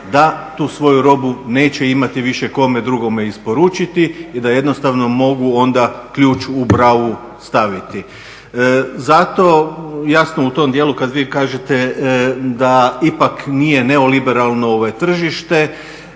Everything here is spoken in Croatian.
da tu svoju robu neće imati više kome drugome isporučiti i da mogu onda ključ u bravu staviti. Zato jasno u tom dijelu kada vi kažete da ipak nije neoliberalno tržište,